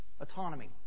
autonomy